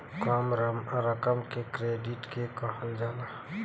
कम रकम के क्रेडिट के कहल जाला